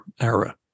era